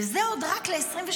וזה עוד רק ל-2024-2023.